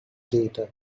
data